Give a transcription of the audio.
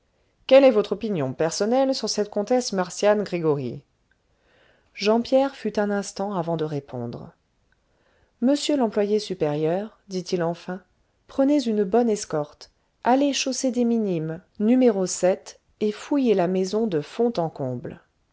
quelle est votre opinion personnelle sur cette comtesse marcian gregoryi jean pierre fut un instant avant de répondre monsieur l'employé supérieur dit-il enfin prenez une bonne escorte allez chaussée des minimes n et fouillez la maison de fond en comble